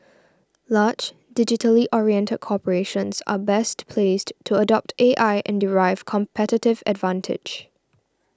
large digitally oriented corporations are best placed to adopt A I and derive competitive advantage